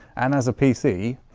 and as a pc,